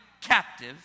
captive